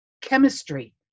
chemistry